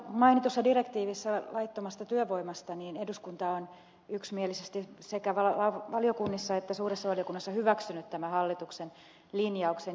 tässä mainitussa direktiivissä laittomasta työvoimasta eduskunta on yksimielisesti sekä valiokunnissa että suuressa valiokunnassa hyväksynyt tämän hallituksen linjauksen